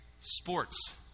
sports